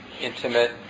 intimate